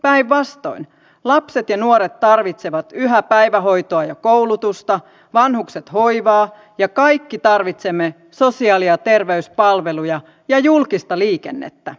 päinvastoin lapset ja nuoret tarvitsevat yhä päivähoitoa ja koulutusta vanhukset hoivaa ja kaikki tarvitsemme sosiaali ja terveyspalveluja ja julkista liikennettä